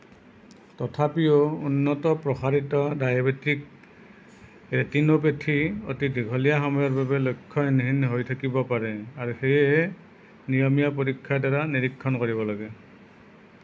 তথাপিও উন্নত প্ৰসাৰিত ডায়েবেটিক ৰেটিনোপেথি অতি দীঘলীয়া সময়ৰ বাবে লক্ষণহীন হৈ থাকিব পাৰে আৰু সেয়েহে নিয়মীয়া পৰীক্ষাৰ দ্বাৰা নিৰীক্ষণ কৰিব লাগে